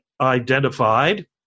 identified